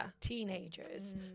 teenagers